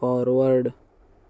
forward